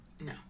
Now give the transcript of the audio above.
no